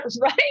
Right